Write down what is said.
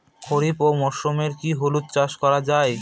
খরিফ মরশুমে কি হলুদ চাস করা য়ায়?